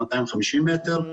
200 מטר,